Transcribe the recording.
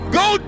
go